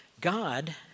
God